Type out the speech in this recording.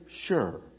sure